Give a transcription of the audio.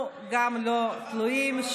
אנחנו גם לא תלויים,